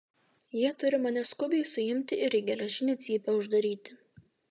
jie turi mane skubiai suimti ir į geležinę cypę uždaryti